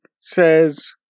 says